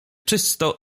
czysto